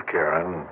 Karen